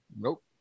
Nope